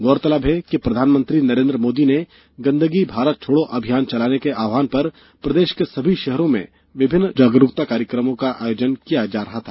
गौरतलब है कि प्रधानमंत्री नरेन्द्र मोदी के गंदगी भारत छोड़ो अभियान चलाने के आह्वान पर प्रदेश के सभी शहरों में विभिन्न जागरूकता गतिविधियों का आयोजन किया गया था